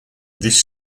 this